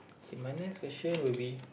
okay my next question will be